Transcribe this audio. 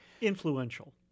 influential